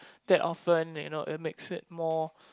that often you know it makes it more